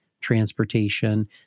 transportation